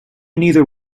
neither